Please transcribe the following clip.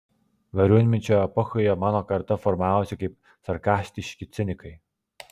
gariūnmečio epochoje mano karta formavosi kaip sarkastiški cinikai